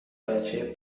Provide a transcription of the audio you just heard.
بچه